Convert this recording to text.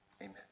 Amen